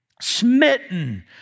smitten